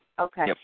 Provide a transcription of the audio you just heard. Okay